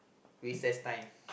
recess time